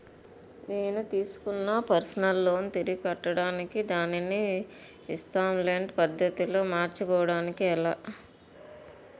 నేను తిస్కున్న personal loan తిరిగి కట్టడానికి దానిని ఇంస్తాల్మేంట్ పద్ధతి లో మార్చుకోవడం ఎలా?